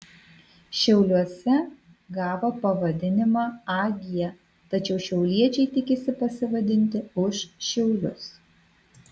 šiauliuose gavo pavadinimą ag tačiau šiauliečiai tikisi pasivadinti už šiaulius